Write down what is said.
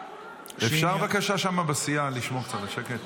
אפשר שם בסיעה לשמור קצת על שקט?